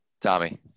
Tommy